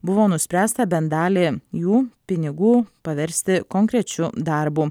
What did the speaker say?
buvo nuspręsta bent dalį jų pinigų paversti konkrečiu darbu